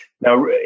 Now